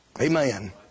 Amen